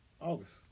August